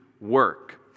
work